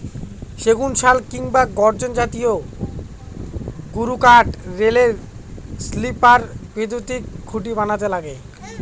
সেগুন, শাল কিংবা গর্জন জাতীয় গুরুকাঠ রেলের স্লিপার, বৈদ্যুতিন খুঁটি বানাতে লাগে